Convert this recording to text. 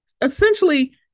essentially